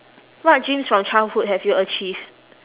what dreams from childhood have you achieved